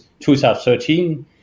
2013